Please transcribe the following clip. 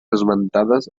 esmentades